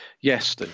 yes